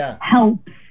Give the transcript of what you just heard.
helps